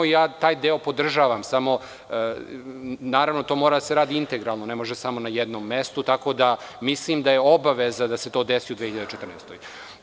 Taj deo podržava ali to mora da se radi integralno, ne može samo na jednom mestu, tako da mislim da je obaveza da se to desi u 2014. godini.